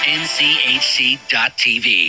nchc.tv